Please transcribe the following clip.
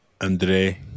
Andre